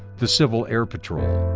the civil air patrol.